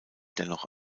dennoch